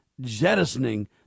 jettisoning